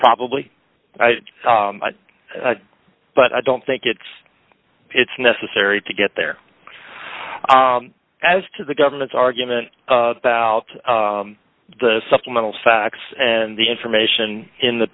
probably but i don't think it's it's necessary to get there as to the government's argument about the supplemental facts and the information in the